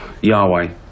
Yahweh